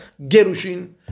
gerushin